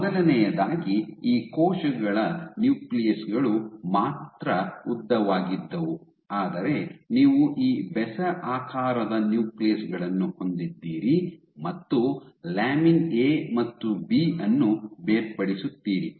ಮೊದಲನೆಯದಾಗಿ ಈ ಕೋಶಗಳ ನ್ಯೂಕ್ಲಿಯಸ್ ಗಳು ಮಾತ್ರ ಉದ್ದವಾಗಿದ್ದವು ಆದರೆ ನೀವು ಈ ಬೆಸ ಆಕಾರದ ನ್ಯೂಕ್ಲಿಯಸ್ ಗಳನ್ನು ಹೊಂದಿದ್ದೀರಿ ಮತ್ತು ಲ್ಯಾಮಿನ್ ಎ ಮತ್ತು ಬಿ ಅನ್ನು ಬೇರ್ಪಡಿಸುತ್ತೀರಿ